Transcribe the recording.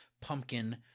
pumpkin